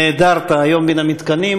נעדרת היום מהמתקנים,